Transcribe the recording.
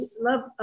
Love